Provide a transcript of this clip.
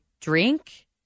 drink